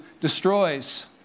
destroys